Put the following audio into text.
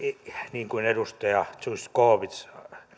niin kuin edustaja zyskowicz